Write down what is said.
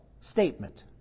statement